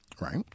right